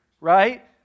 Right